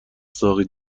ساقی